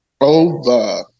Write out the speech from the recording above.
over